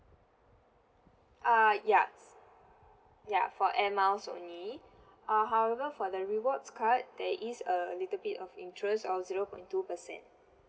err ya ya for air miles only uh however for the rewards card there is a little bit of interest of zero point two percent